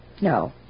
No